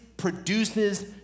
produces